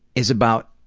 is about